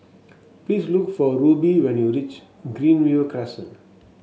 please look for Rubie when you reach Greenview Crescent